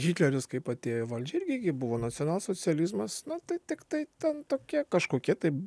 hitleris kaip atėjo į valdžią irgi buvo nacionalsocializmas na tai tiktai ten tokie kažkokie taip